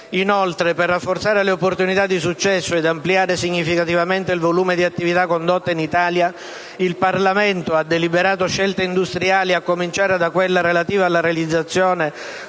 Inoltre, per rafforzare le opportunità di successo ed ampliare significativamente il volume di attività condotte in Italia, il Parlamento ha deliberato scelte industriali a cominciare da quella relativa alla realizzazione